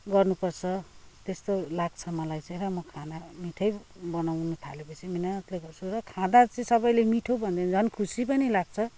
गर्नुपर्छ त्यस्तो लाग्छ मलाई चाहिँ र म खाना मिठै बनाउन थालेपछि मिहिनेतले गर्छु र खाँदा चाहिँ सबैले मिठो भन्दा झन् खुसी पनि लाग्छ